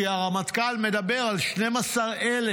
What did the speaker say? כי הרמטכ"ל מדבר על 12,000,